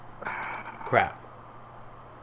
Crap